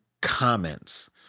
comments